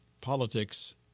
politics